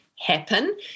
happen